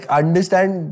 understand